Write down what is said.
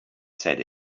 said